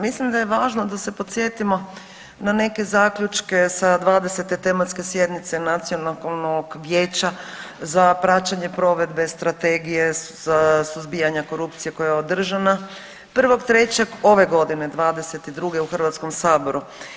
Mislim da je važno da se podsjetimo na neke zaključke sa 20. tematske sjednice Nacionalnog vijeća za praćenje provedbe Strategije suzbijanja korupcije koja je održana 1.3. ove godine 2022. u Hrvatskom saboru.